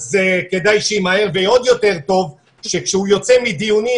אז כדאי שימהר ויהיה עוד יותר טוב שכשהוא יוצא מדיונים,